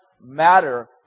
matter